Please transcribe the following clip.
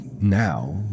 now